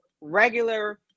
regular